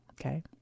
okay